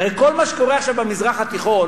הרי כל מה שקורה עכשיו במזרח התיכון,